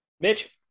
Mitch